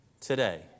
today